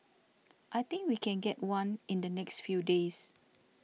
I think we can get one in the next few days